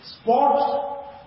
Sports